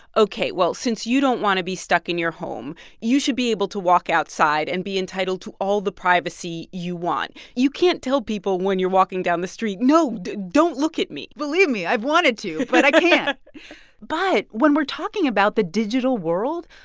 ok, well, since you don't want to be stuck in your home, you should be able to walk outside and be entitled to all the privacy you want. you can't tell people when you're walking down the street, no, don't look at me believe me, i've wanted to, but i can't but when we're talking about the digital world,